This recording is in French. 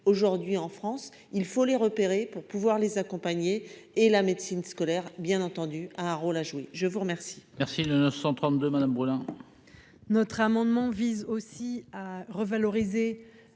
aujourd'hui en France, il faut les repérer pour pouvoir les accompagner et la médecine scolaire, bien entendu, un rôle à jouer, je vous remercie.